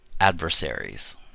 adversaries